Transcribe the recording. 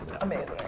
Amazing